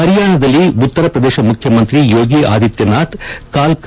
ಪರಿಯಾಣದಲ್ಲಿ ಉತ್ತರ ಪ್ರದೇಶ ಮುಖ್ಯಮಂತ್ರಿ ಯೋಗಿ ಆದಿತ್ತನಾಥ್ ಕಾಲ್ತ